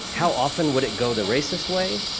how often would it go the racist way,